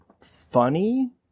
funny